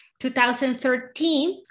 2013